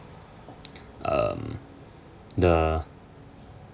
um the